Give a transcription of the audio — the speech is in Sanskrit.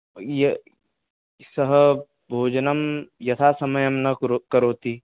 य सः भोजनं यथासमयं न कुरो करोति